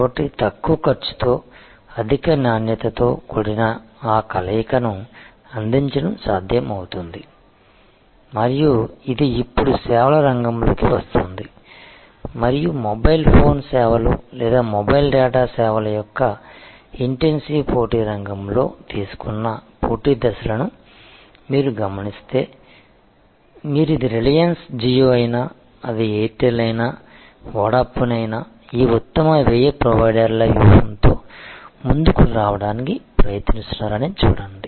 కాబట్టి తక్కువ ఖర్చుతో అధిక నాణ్యతతో కూడిన ఆ కలయికను అందించడం సాధ్యమవుతుంది మరియు ఇది ఇప్పుడు సేవల రంగంలోకి వస్తోంది మరియు మొబైల్ ఫోన్ సేవలు లేదా మొబైల్ డేటా సేవల యొక్క ఇంటెన్సివ్ పోటీ రంగంలో తీసుకున్న పోటీ దశలను మీరు గమనిస్తే మీరు ఇది రిలయన్స్ జియో అయినా అది ఎయిర్టెల్ అయినా వోడాఫోన్ అయినా ఈ ఉత్తమ వ్యయ ప్రొవైడర్ల వ్యూహంతో ముందుకు రావడానికి ప్రయత్నిస్తున్నారని చూడండి